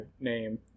name